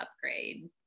upgrade